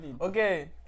Okay